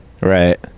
Right